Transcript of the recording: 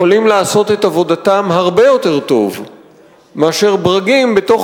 יכולים לעשות את עבודתם הרבה יותר טוב מאשר ברגים בתוך